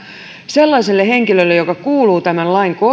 sellaiselle henkilölle joka kuuluu tämän lain